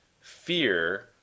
fear